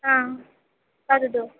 हा वदतु